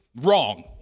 wrong